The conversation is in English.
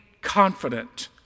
confident